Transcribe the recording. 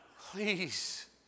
please